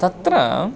तत्र